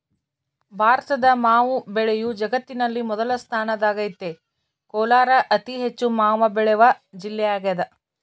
ಭಾರತದ ಮಾವು ಬೆಳೆಯು ಜಗತ್ತಿನಲ್ಲಿ ಮೊದಲ ಸ್ಥಾನದಾಗೈತೆ ಕೋಲಾರ ಅತಿಹೆಚ್ಚು ಮಾವು ಬೆಳೆವ ಜಿಲ್ಲೆಯಾಗದ